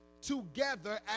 Together